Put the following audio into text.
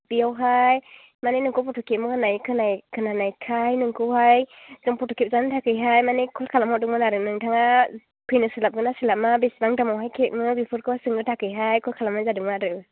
बेयावहाय मानि नोंखौ फट' खेबो होननाय खोना खोनानायखाय नोंखौहाय जों फट' खेबजानो थाखायहाय मानि कल खालामहरदोंमोन आरो नोंथाङा फैनो सोलाबगोनना सोलाबा बेसेबां दामआवहाय खेबो बेफोरखौ सोंनो थाखायहाय कल खालामनाय जादोंमोन आरो